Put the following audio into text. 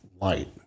light